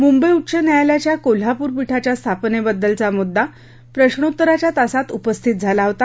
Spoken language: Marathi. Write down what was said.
मुंबई उच्च न्यायालयाच्या कोल्हापूर पीठाच्या स्थापनेबद्दलचा मुद्दा प्रश्नोत्तराच्या तासात उपस्थित झाला होता